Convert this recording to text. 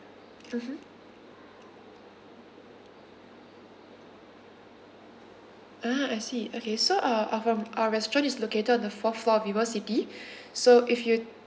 mmhmm ah I see okay so uh from our restaurant is located on the fourth floor of vivocity so if you